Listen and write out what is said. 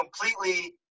completely